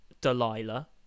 Delilah